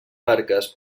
barques